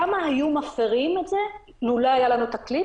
כמה היו מפרים את זה לולא היה לנו את הכלי?